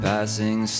Passing